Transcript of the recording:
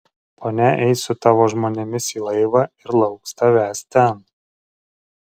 ponia eis su tavo žmonėmis į laivą ir lauks tavęs ten